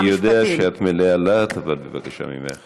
אני יודע שאת מלאה להט, אבל בבקשה ממך.